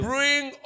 Bring